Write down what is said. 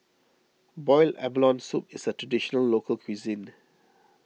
Boiled Abalone Soup is a Traditional Local Cuisine